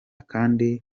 kandi